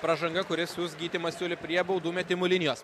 pražanga kuri siųs gytį masiulį prie baudų metimo linijos